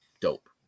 dope